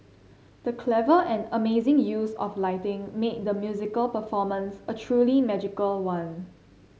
the clever and amazing use of lighting made the musical performance a truly magical one